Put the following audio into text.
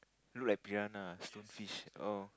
look like piranha ah stonefish oh